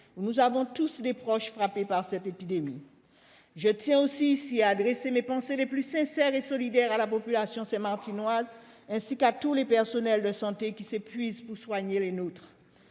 nous avons tous des proches frappés par cette épidémie. À cet égard, je tiens à adresser ici mes pensées les plus sincères et solidaires à la population saint-martinoise, ainsi qu'à tous les personnels de santé, qui s'épuisent pour soigner les nôtres.